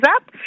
up